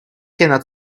cannot